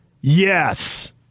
yes